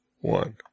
one